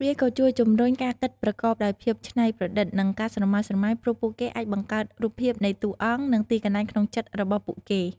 វាក៏ជួយជំរុញការគិតប្រកបដោយភាពច្នៃប្រឌិត និងការស្រមើលស្រមៃ ព្រោះពួកគេអាចបង្កើតរូបភាពនៃតួអង្គ និងទីកន្លែងក្នុងចិត្តរបស់ពួកគេ។